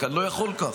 רק שאני לא יכול ככה.